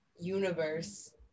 universe